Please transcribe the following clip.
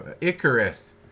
icarus